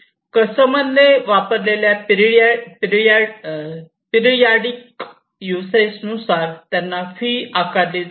कस्टमरने वापरलेल्या periodic uses नुसार त्यांना फि आकारले जाते